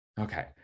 Okay